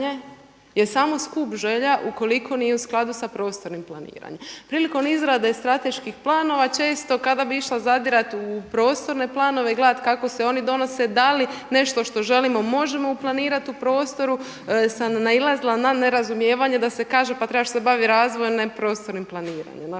je samo skup želja ukoliko nije u skladu sa prostornim planiranjem. Prilikom izrade strateških planova često kada bih išla zadirati u prostorne planove i gledati kako se oni donose da li nešto što želimo možemo uplanirati u prostoru sam nailazila na nerazumijevanje da se kaže, pa trebaš se bavit razvojem, ne prostornim planiranjem.